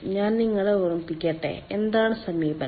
ഞാൻ നിങ്ങളെ ഓർമ്മിപ്പിക്കട്ടെ എന്താണ് സമീപനം